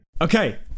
Okay